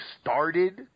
started